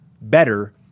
better